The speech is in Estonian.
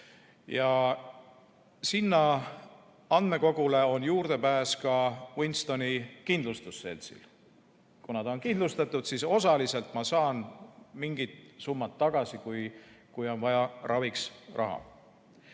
Sinna andmekogule on juurdepääs ka Winstoni kindlustusseltsil. Kuna ta on kindlustatud, siis osaliselt ma saan mingid summad tagasi, kui on vaja raviks raha.